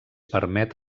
permet